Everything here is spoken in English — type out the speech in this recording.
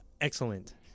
Excellent